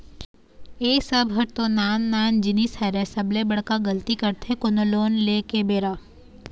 ए सब ह तो नान नान जिनिस हरय सबले बड़का गलती करथे कोनो लोन ले के बेरा